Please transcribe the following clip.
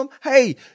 Hey